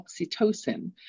oxytocin